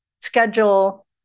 schedule